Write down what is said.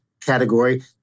category